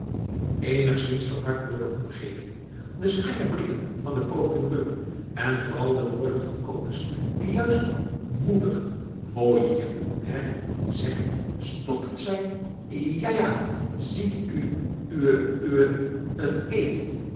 eenigszins verward door de omgeving de strenge blikken van den procureur en vooral door de woorden van kobus die juist moeder mooi hier hé zegt stottert zij ja ja ziet u u uwé een eed